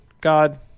God